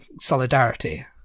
solidarity